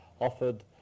offered